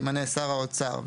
שימנה שר האוצר,